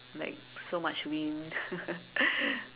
like so much wind